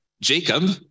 Jacob